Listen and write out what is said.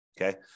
okay